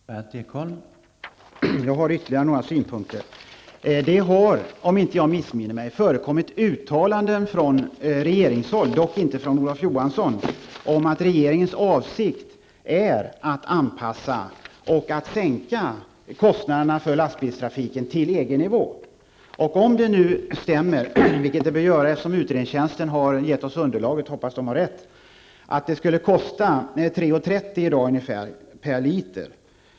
Herr talman! Jag har ytterligare några synpunkter. Om jag inte missminner mig har det förekommit uttalanden från regeringshåll, dock inte av Olof Johansson, om regeringens avsikt är att anpassa och sänka kostnaderna för lastbilstrafiken till EG nivå. Om detta stämmer -- vilket det bör göra eftersom riksdagens utredningstjänst har tagit fram underlaget, och jag hoppas att de har rätt -- kostar det i dag ungefär 3:30 kr. per liter.